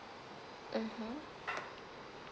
mmhmm